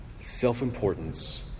self-importance